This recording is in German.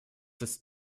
ist